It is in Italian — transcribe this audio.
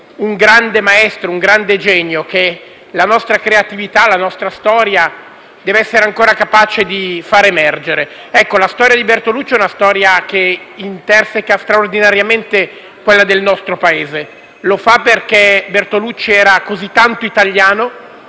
un grande maestro, un grande genio, che la nostra creatività e la nostra storia devono essere ancora capaci di far emergere. Ecco, la storia di Bertolucci interseca straordinariamente quella del nostro Paese: egli era così tanto italiano